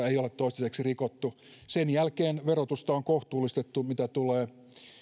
ei ole toistaiseksi rikottu sen jälkeen verotusta on kohtuullistettu mitä tulee